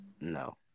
No